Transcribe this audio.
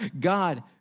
God